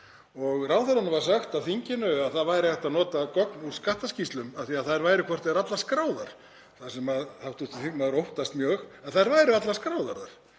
og ráðherranum var sagt af þinginu að það væri hægt að nota gögn úr skattskýrslum af því að þær væru hvort eð er allar skráðar, sem hv. þingmaður óttast mjög, en að þær væru allar skráðar þar,